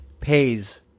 pays